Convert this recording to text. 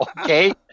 okay